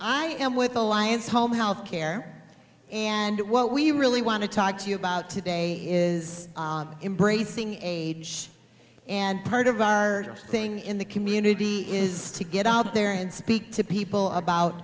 i am with alliance home health care and what we really want to talk to you about today is in brazing age and part of our thing in the community is to get out there and speak to people about